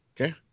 Okay